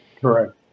Correct